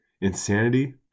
insanity